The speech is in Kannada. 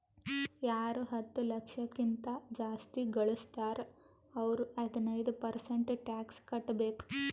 ಯಾರು ಹತ್ತ ಲಕ್ಷ ಕಿಂತಾ ಜಾಸ್ತಿ ಘಳುಸ್ತಾರ್ ಅವ್ರು ಹದಿನೈದ್ ಪರ್ಸೆಂಟ್ ಟ್ಯಾಕ್ಸ್ ಕಟ್ಟಬೇಕ್